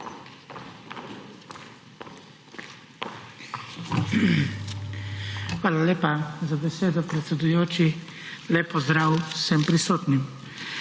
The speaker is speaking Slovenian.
Hvala lepa za besedo, predsedujoči. Lep pozdrav vsem prisotnim!